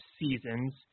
seasons